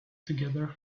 together